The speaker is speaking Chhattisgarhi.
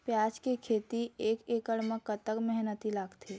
प्याज के खेती एक एकड़ म कतक मेहनती लागथे?